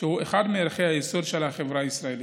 שהוא אחד מערכי היסוד של החברה הישראלית.